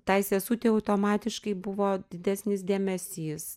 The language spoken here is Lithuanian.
tai sesutei automatiškai buvo didesnis dėmesys